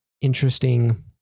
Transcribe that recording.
interesting